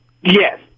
Yes